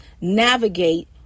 navigate